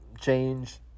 change